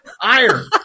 iron